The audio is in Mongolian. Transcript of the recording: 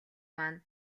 маань